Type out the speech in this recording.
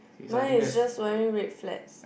mine is just wearing red flats